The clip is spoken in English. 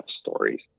stories